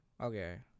Okay